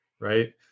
Right